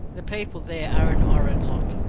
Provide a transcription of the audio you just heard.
the people there are an orrid lot.